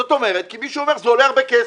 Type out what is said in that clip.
זאת כך כי מישהו אומר שזה עולה הרבה כסף.